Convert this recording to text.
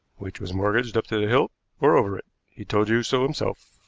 which was mortgaged up to the hilt or over it he told you so himself.